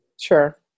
Sure